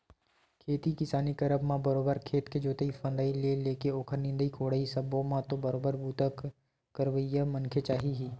खेती किसानी करब म बरोबर खेत के जोंतई फंदई ले लेके ओखर निंदई कोड़ई सब्बो म तो बरोबर बूता करइया मनखे चाही ही